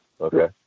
Okay